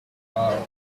are